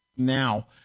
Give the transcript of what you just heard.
Now